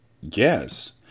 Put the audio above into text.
Yes